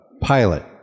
pilot